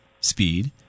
speed